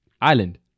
Island